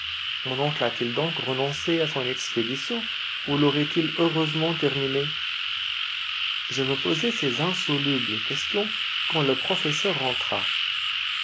mon oncle a-t-il donc renoncé à son expédition ou l'aurait-il heureusement terminée je me posais ces insolubles questions quand le professeur entra